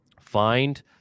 find